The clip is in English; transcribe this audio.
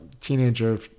teenager